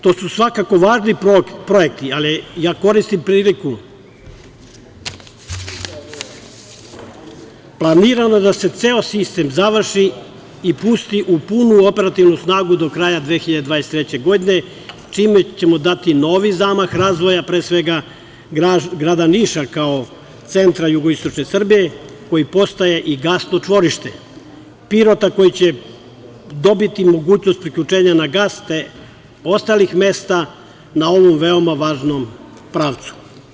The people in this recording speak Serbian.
To su svakako važni projekti, ali koristim priliku … planirano da se ceo sistem završi i pusti u punu operativnu snagu do kraja 2023. godine čime ćemo dati novi zamah razvoja, pre svega, grada Niša kao centra jugoistočne Srbije koji postaje i gasno čvorište, Pirota koji će dobiti mogućnost priključenja na gas, te ostalih mesta na ovom veoma važnom pravcu.